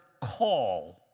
call